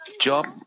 Job